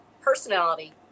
personality